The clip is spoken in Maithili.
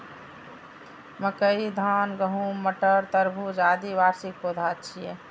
मकई, धान, गहूम, मटर, तरबूज, आदि वार्षिक पौधा छियै